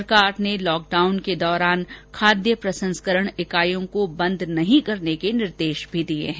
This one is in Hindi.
सरकार ने लॉकडाउन के दौरान खाद्य प्रसंस्करण ईकाइयों को बंद न करने के भी निर्देश दिए हैं